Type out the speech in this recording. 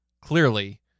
clearly